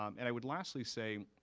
um and i would lastly say,